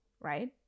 right